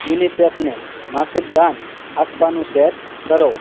યુનિસેફને માસિક દાન આપવાનું સેટ કરો